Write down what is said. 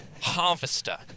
Harvester